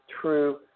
true